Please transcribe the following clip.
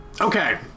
okay